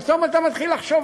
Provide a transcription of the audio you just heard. פתאום אתה מתחיל לחשוב,